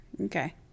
Okay